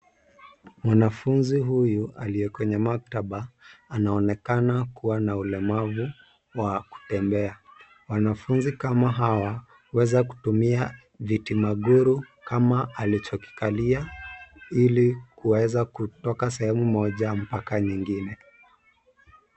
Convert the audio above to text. Mwanafunzi huyu aliye kwenye maktaba, anaonekana kuwa na ulemavu wa kutembea. Wanafunzi kama hawa, huweza kutumia viti maguru kama alichokikalia, ili kuweza kutoka sehemu moja mpaka nyingine.